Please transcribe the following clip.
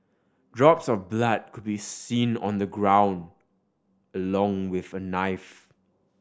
drops of blood could be seen on the ground along with a knife